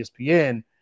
ESPN